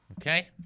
Okay